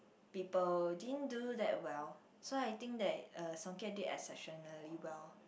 people didn't do that well so I think that uh Song-Kiat did exceptionally well